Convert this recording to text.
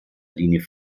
linie